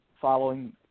following